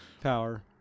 power